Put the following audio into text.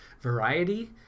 variety